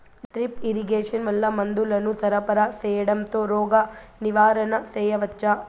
Drip irrigation వల్ల మందులను సరఫరా సేయడం తో రోగ నివారణ చేయవచ్చా?